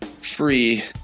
free